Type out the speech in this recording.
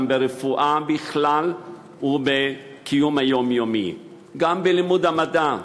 גם ברפואה בכלל ובקיום היומיומי וגם בלימוד המדע.